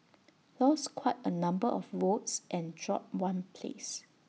lost quite A number of votes and dropped one place